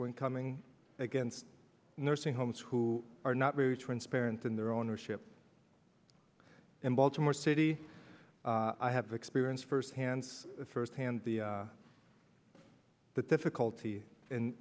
when coming against nursing homes who are not very transparent in their ownership and baltimore city i have experienced firsthand firsthand the the difficulty in